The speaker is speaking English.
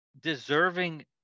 deserving